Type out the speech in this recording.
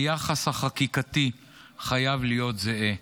היחס החקיקתי חייב להיות זהה.